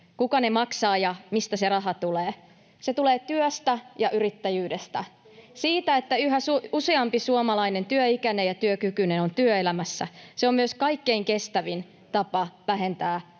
kuka ne maksaa ja mistä se raha tulee. Se tulee työstä ja yrittäjyydestä, siitä, että yhä useampi suomalainen työikäinen ja työkykyinen on työelämässä. Se on myös kaikkein kestävin tapa vähentää